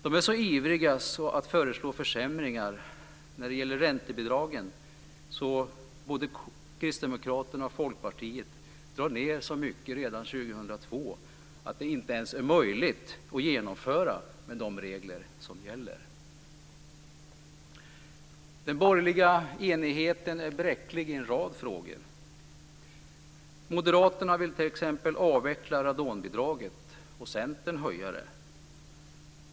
De är så ivriga att föreslå försämringar när det gäller räntebidragen att både Kristdemokraterna och Folkpartiet drar ned så mycket redan 2002 att det inte ens är möjligt att genomföra med de regler som gäller. Den borgerliga enigheten är bräcklig i en rad frågor. Moderaterna vill t.ex. avveckla radonbidraget, och Centern höja det.